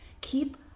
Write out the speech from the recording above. Keep